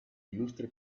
ilustre